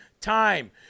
time